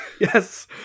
yes